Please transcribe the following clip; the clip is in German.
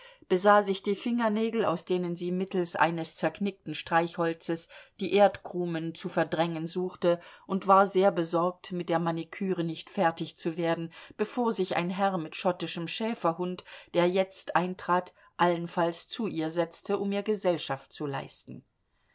besah sich die fingernägel aus denen sie mittels eines zerknickten streichholzes die erdkrumen zu verdrängen suchte und war sehr besorgt mit der manicure nicht fertig zu werden bevor sich ein herr mit schottischem schäferhund der jetzt eintrat allenfalls zu ihr setzte um ihr gesellschaft zu leisten